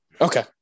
Okay